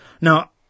Now